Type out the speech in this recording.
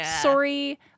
sorry